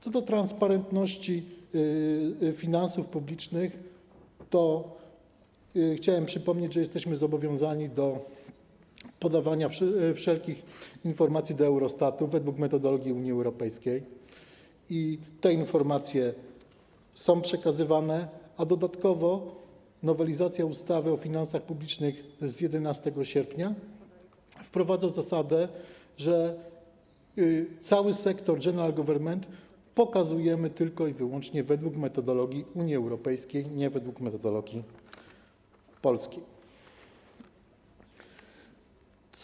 Co do transparentności finansów publicznych to chciałem przypomnieć, że jesteśmy zobowiązani do podawania wszelkich informacji do Eurostatu według metodologii Unii Europejskiej i te informacje są przekazywane, a dodatkowo nowelizacja ustawy o finansach publicznych z 11 sierpnia wprowadza zasadę, że cały sektor general government pokazujemy tylko i wyłącznie według metodologii Unii Europejskiej, nie według metodologii Polski.